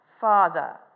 father